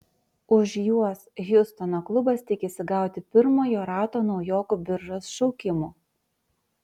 už juos hjustono klubas tikisi gauti pirmojo rato naujokų biržos šaukimų